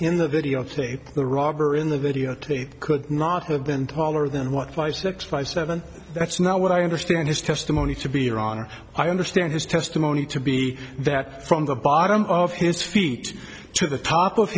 in the videotape the robber in the videotape could not have been taller than what five six five seven that's now what i understand his testimony to be your honor i understand his testimony to be that from the bottom of his feet to the top of